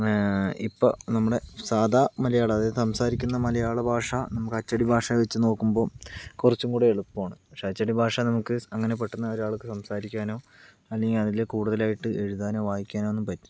ഇപ്പൊൾ നമ്മുടെ സാധാ മലയാളം അതായത് സംസാരിക്കുന്ന മലയാള ഭാഷ നമുക്ക് അച്ചടി ഭാഷ വെച്ച് നോക്കുമ്പൊ കുറച്ചും കൂടെ എളുപ്പമാണ് പക്ഷെ അച്ചടി ഭാഷ നമുക്ക് അങ്ങനെ പെട്ടന്നൊരാൾക്ക് സംസാരിക്കുവാനൊ അല്ലെങ്കിൽ അതില് കൂടുതലായിട്ട് എഴുതാനോ വായിക്കാനോ ഒന്നും പറ്റില്ല